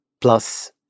plus